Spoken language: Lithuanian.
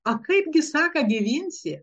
o kaipgi sako gyvinsi